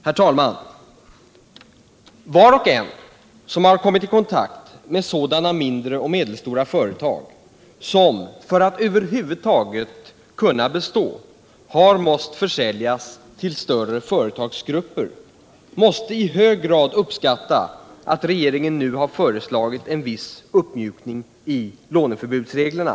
Nr 56 Herr talman! Var och en som har kommit i kontakt med sådana mindre Lördagen den och medelstora företag som, för att över huvud taget kunna bestå, har 17 december 1977 måst säljas till större företagsgrupper måste i hög grad uppskatta att regeringen nu har föreslagit en viss uppmjukning i låneförbudsreglerna.